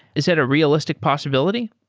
is that a realistic possibility?